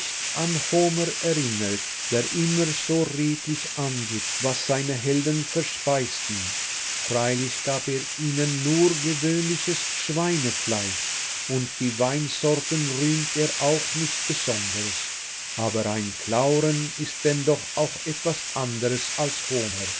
erinnert der immer so redlich angibt was seine helden verspeisten freilich gab er ihnen nur gewöhnliches schweinefleisch und die weinsorten rühmt er auch nicht besonders aber ein clauren ist denn doch auch etwas anderes als homer